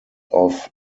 off